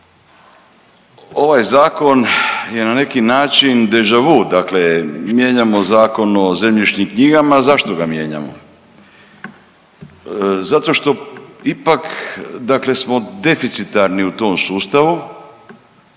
Ovaj zakon je na neki način deja-vu, dakle mijenjamo Zakon o zemljišnim knjigama. Zašto ga mijenjamo? Zato što ipak, dakle smo deficitarni u tom sustavu,